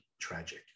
tragic